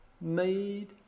made